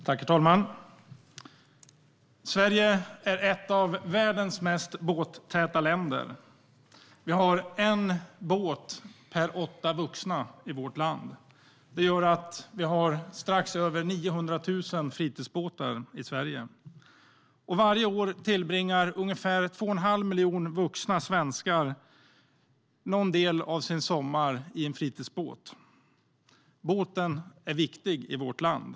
Herr talman! Sverige är ett av världens mest båttäta länder. Vi har en båt per åtta vuxna i vårt land. Det gör att vi har strax över 900 000 fritidsbåtar i Sverige. Varje år tillbringar ungefär 2 1⁄2 miljon vuxna svenskar någon del av sin sommar i en fritidsbåt. Båten är viktig i vårt land.